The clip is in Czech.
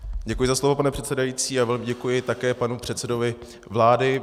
Děkuji za slovo, pane předsedající, a velmi děkuji také panu předsedovi vlády.